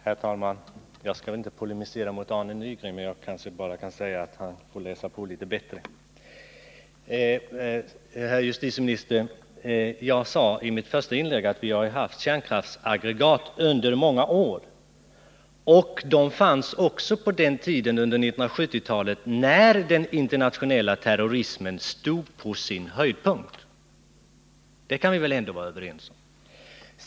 Herr talman! Jag skall inte polemisera mot Arne Nygren, men jag kanske kan säga att han får läsa på litet bättre. Herr justitieminister! I mitt första inlägg sade jag att vi har haft kärnkraftsaggregat under många år, och de fanns även på den tiden — under 1970-talet — när den internationella terrorismen stod på sin höjdpunkt. Det kan vi väl ändå vara överens om.